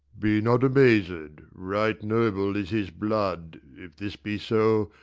be not amaz'd right noble is his blood. if this be so,